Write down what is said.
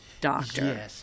doctor